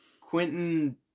Quentin